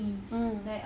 mm